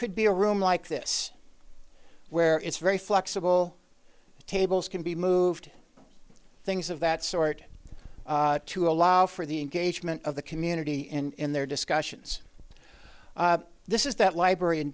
could be a room like this where it's very flexible the tables can be moved things of that sort to allow for the engagement of the community in their discussions this is that library in